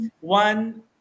one